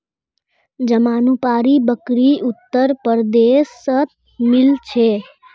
जमानुपारी बकरी उत्तर प्रदेशत मिल छे